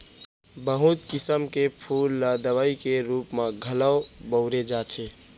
बहुत किसम के फूल ल दवई के रूप म घलौ बउरे जाथे